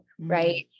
Right